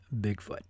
Bigfoot